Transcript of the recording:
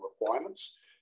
requirements